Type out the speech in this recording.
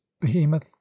behemoth